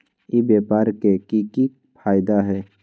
ई व्यापार के की की फायदा है?